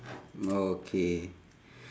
okay